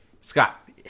Scott